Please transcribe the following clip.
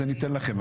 זה ניתן לכם,